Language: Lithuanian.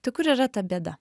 tai kur yra ta bėda